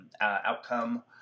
outcome